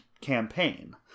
campaign